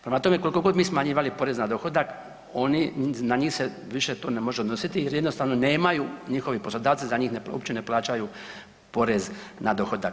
Prema tome, kolko god mi smanjivali porez na dohodak, oni, na njih se više to ne može odnositi jer jednostavno nemaju, njihovi poslodavci za njih uopće ne plaćaju porez na dohodak.